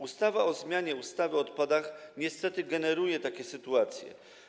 Ustawa o zmianie ustawy o odpadach niestety generuje takie sytuacje.